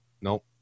Nope